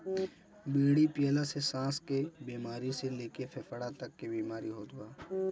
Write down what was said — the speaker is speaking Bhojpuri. बीड़ी पियला से साँस के बेमारी से लेके फेफड़ा तक के बीमारी होत बा